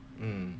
hmm